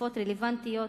בתקופות רלוונטיות